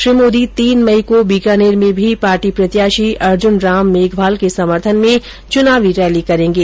श्री मोदी तीन मई को बीकानेर में भी पार्टी प्रत्याशी अर्जुन राम मेघवाल के समर्थन में चुनावी रैली करेंगे